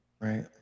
right